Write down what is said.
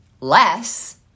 less